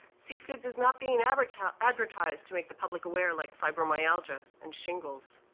cfids is not being advertised advertised to make the public aware, like fibromyalgia and shingles.